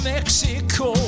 Mexico